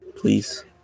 Please